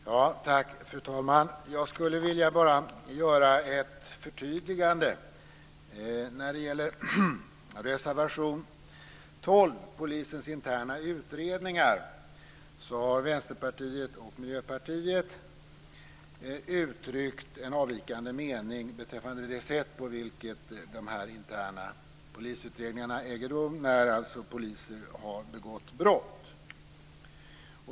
Fru talman! Jag skulle bara vilja göra ett förtydligande när det gäller reservation 12, Polisens interna utredningar. Där har Vänsterpartiet och Miljöpartiet uttryckt en avvikande mening beträffande det sätt på vilket de interna polisutredningarna äger rum när poliser har begått brott.